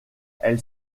elle